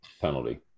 penalty